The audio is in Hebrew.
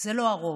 זה לא הרוב,